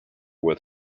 with